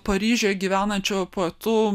paryžiuje gyvenančiu poetu